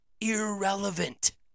irrelevant